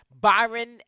Byron